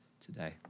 today